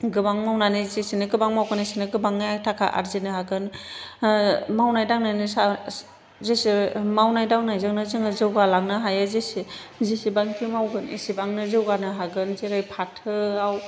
गोबां मावनानै जेसेनो गोबां मावगोन एसेनो गोबाङै थाखा आरजिनो हागोन मावनाय दांनायजोंनो जोङो जौगा लांनो हायो जेसेबांखि मावगोन एसेबांनो जौगानो हागोन जेरै फाथोआव